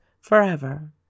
forever